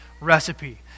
recipe